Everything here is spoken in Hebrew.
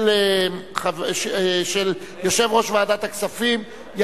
של יושב-ראש ועדת הכספים.